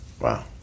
Wow